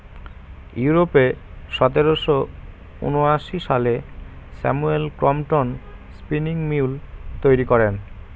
ইউরোপে সতেরোশো ঊনআশি সালে স্যামুয়েল ক্রম্পটন স্পিনিং মিউল তৈরি করেন